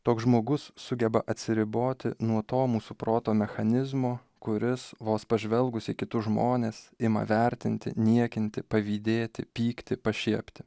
toks žmogus sugeba atsiriboti nuo to mūsų proto mechanizmo kuris vos pažvelgus į kitus žmones ima vertinti niekinti pavydėti pykti pašiepti